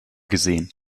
gesehen